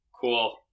cool